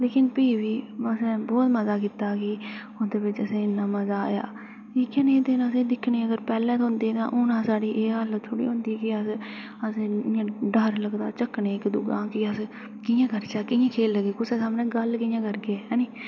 लेकिन भी बी असें बहुत मज़ा कीता उं'दे बिच असें इ'न्ना मज़ा आया लेकिन एह् दिन दिक्खने गी असें गी पैह्लें थ्होंदे तां हू'न साढ़ी एह् हालत थोह्ड़ी होंदी ही अस डर लगदा झक्कने अस कि'यां करचै कि'यां खेढगे कुसै सामनै गल्ल कि'यां करगे ऐ नी